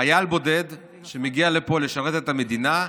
חייל בודד שמגיע לפה לשרת את המדינה,